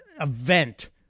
event